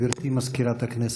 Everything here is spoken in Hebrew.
גברתי מזכירת הכנסת.